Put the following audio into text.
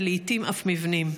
ולעיתים אף מבנים.